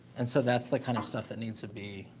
and, so, that's the kind of stuff that needs to be,